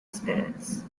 spirits